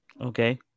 Okay